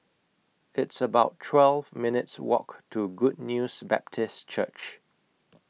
It's about twelve minutes' Walk to Good News Baptist Church